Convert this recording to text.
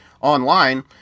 online